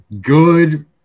good